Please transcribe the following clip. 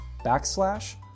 backslash